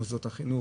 למוסדות החינוך,